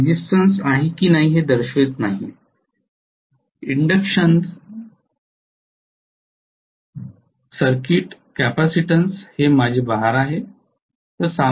मी resistance आहे की नाही हे दर्शवित नाही इंडक्शनन्स सर्किट कॅपेसिटन्स हे माझे भार आहे